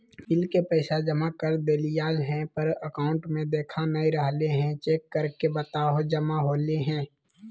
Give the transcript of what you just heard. Bill के पैसा जमा कर देलियाय है पर अकाउंट में देखा नय रहले है, चेक करके बताहो जमा होले है?